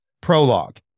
prologue